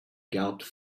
galloped